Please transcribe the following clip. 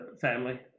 Family